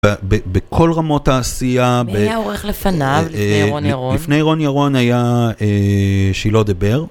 בכל רמות העשייה... מי היה עורך לפניו לפני ירון ירון? לפני ירון ירון היה... שילה דבר.